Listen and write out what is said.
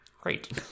Great